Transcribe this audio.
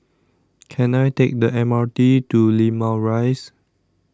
Can I Take The M R T to Limau Rise